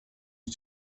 une